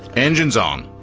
engines on.